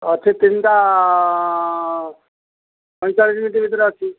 ଅଛି ତିନିଟା ପଇଁଚାଳିଶି ମିନିଟ୍ ଭିତରେ ଅଛି